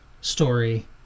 story